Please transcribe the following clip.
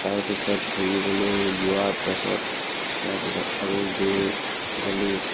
তাৰপিছত ঘূৰিবলৈ যোৱাৰ পাছত তাৰপিছত আৰু গৈ গ'লোঁ